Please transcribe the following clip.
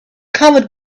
covered